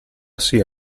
sia